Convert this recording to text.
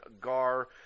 Gar